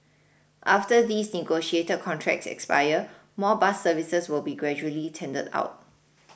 after these negotiated contracts expire more bus services will be gradually tendered out